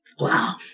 Wow